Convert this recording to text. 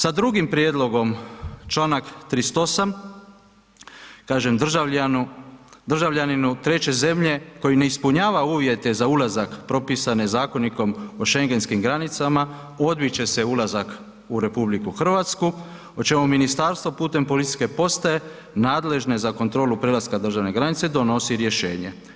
Sa drugim prijedlogom, članak 38. kaže državljaninu treće zemlje koji ne ispunjava uvjete za ulazak propisane zakonikom o schengenskim granicama, odbit će ulazak u RH o čemu ministarstvo putem policijske postaje nadležne za kontrolu prelaske državne granice, donosi rješenje.